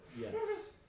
yes